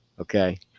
Okay